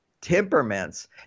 temperaments